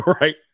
right